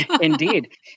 Indeed